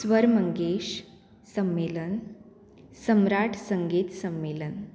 स्वरमंगेश सम्मेलन सम्राट संगीत सम्मेलन